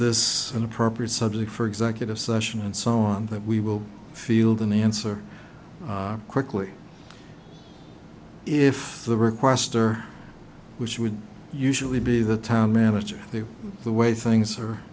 this an appropriate subject for executive session and so on that we will field an answer quickly if the requester which would usually be the town manager the way things are